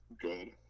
good